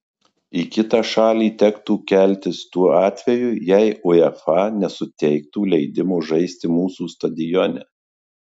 į kitą šalį tektų keltis tuo atveju jei uefa nesuteiktų leidimo žaisti mūsų stadione